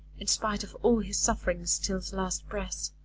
in spite of all his sufferings, till the last breath.